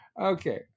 Okay